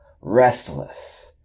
restless